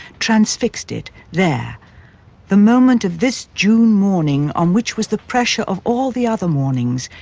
transfixed it there the moment of this june morning on which was the pressure of all the other mornings,